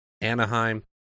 Anaheim